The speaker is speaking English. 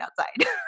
outside